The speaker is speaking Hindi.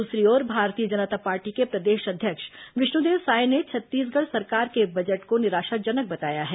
दूसरी भारतीय जनता पार्टी के प्रदेश अध्यक्ष विष्णुदेव साय ने छत्तीसगढ़ सरकार के बजट को निराशाजनक बताया है